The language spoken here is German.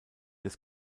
des